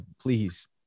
please